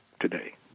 today